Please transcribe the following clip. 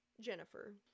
Jennifer